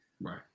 Right